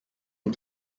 and